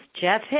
Jeff